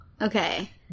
Okay